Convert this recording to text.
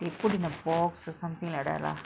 they put in a box or something like that lah